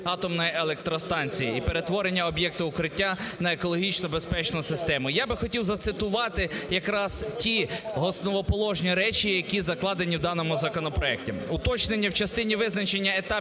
атомної електростанції і перетворення об'єкту "Укриття" на екологічно безпечну систему. Я би хотів зацитувати якраз ті основоположні речі, які закладені в даному законопроекті.